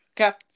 okay